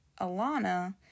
Alana